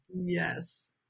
Yes